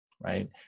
right